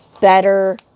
better